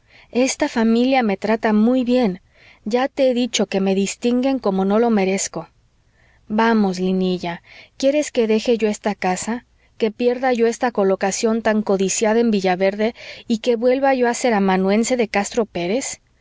esta familia me trata muy bien ya te he dicho que me distinguen como no lo merezco vamos linilla quieres que deje yo esta casa que pierda yo esta colocación tan codiciada en villaverde y que vuelva yo a ser amanuense de castro pérez